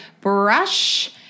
brush